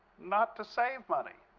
not to save money.